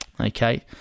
okay